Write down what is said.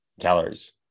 calories